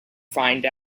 find